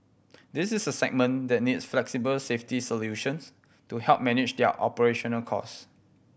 this is a segment that needs flexible safety solutions to help manage their operational cost